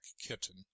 kitten